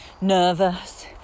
nervous